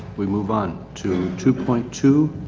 we move on, to two point two,